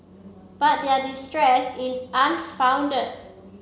but their distress is unfounded